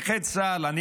נכה צה"ל: מאיר,